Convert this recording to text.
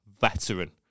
Veteran